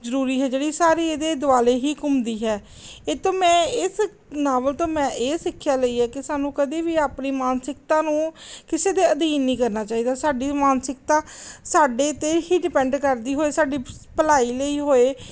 ਜ਼ਰੂਰੀ ਹੈ ਜਿਹੜੀ ਸਾਰੇ ਇਹਦੇ ਦੁਆਲੇ ਹੀ ਘੁੰਮਦੀ ਹੈ ਇਹ ਤੋਂ ਮੈਂ ਇਸ ਨਾਵਲ ਤੋਂ ਮੈਂ ਇਹ ਸਿੱਖਿਆ ਲਈ ਹੈ ਕਿ ਸਾਨੂੰ ਕਦੇ ਵੀ ਆਪਣੀ ਮਾਨਸਿਕਤਾ ਨੂੰ ਕਿਸੇ ਦੇ ਅਧੀਨ ਨਹੀਂ ਕਰਨਾ ਚਾਹੀਦਾ ਸਾਡੀ ਮਾਨਸਿਕਤਾ ਸਾਡੇ 'ਤੇ ਹੀ ਡਿਪੈਂਡ ਕਰਦੀ ਹੋਏ ਸਾਡੀ ਭਲਾਈ ਲਈ ਹੋਏ